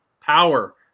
power